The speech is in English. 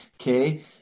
okay